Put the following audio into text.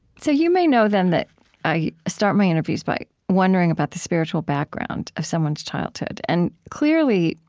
so you may know, then, that i start my interviews by wondering about the spiritual background of someone's childhood. and clearly,